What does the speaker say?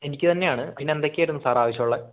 എനിക്ക് തന്നെയാണ് അതിന് എന്തൊക്കെയായിരുന്നു സാറേ ആവശ്യമുള്ളത്